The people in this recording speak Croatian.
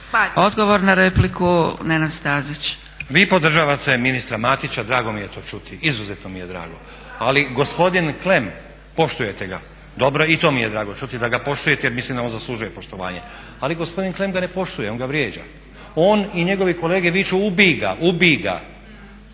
Odgovor na repliku, Nenad Stazić